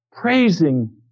praising